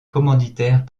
commanditaires